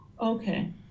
okay